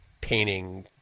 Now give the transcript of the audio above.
painting